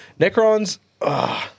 Necrons